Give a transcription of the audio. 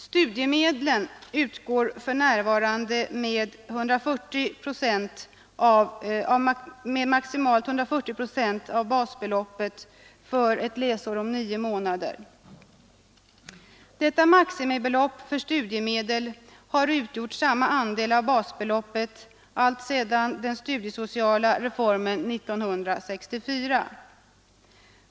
Studiemedlen utgår för närvarande med maximalt 140 procent av basbeloppet för ett läsår om nio månader. Detta maximibelopp för studiemedel har utgjort samma andel av basbeloppet alltsedan den studiesociala reformen 1964.